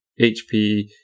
HP